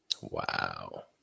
Wow